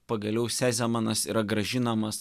pagaliau sezemanas yra grąžinamas